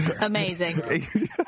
Amazing